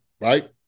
right